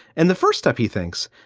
and the first step, he thinks,